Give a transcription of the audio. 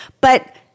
but-